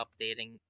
updating